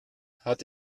hat